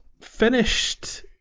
finished